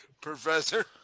Professor